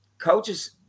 coaches